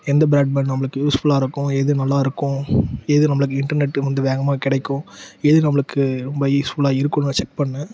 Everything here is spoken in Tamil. எந்த ப்ராட்பேண்ட் நம்மளுக்கு யூஸ்ஃபுல்லாக இருக்கும் எது நல்லா இருக்கும் எது நம்மளுக்கு இன்டர்நெட் வந்து வேகமாக கிடைக்கும் எது நம்மளுக்கு ரொம்ப யூஸ்ஃபுல்லாக இருக்கும் நான் செக் பண்ணேன்